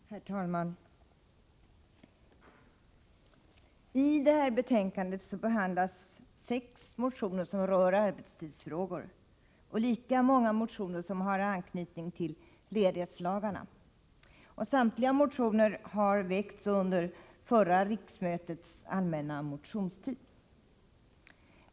Herr talman! I det här betänkandet behandlas sex motioner som rör arbetstidsfrågor och lika många motioner som har anknytning till ledighetslagarna. Samtliga motioner har väckts under förra riksmötets allmänna motionstid.